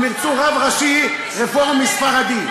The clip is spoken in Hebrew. הם ירצו רב ראשי רפורמי ספרדי.